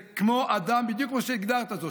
בדיוק כמו שהגדרת זאת,